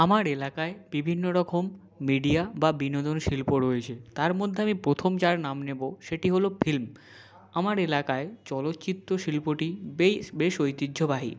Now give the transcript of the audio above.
আমার এলাকায় বিভিন্ন রকম মিডিয়া বা বিনোদন শিল্প রয়েছে তার মধ্যে আমি প্রথম যার নাম নেবো সেটি হলো ফিল্ম আমার এলাকায় চলচ্চিত্র শিল্পটি বেশ বেশ ঐতিহ্যবাহী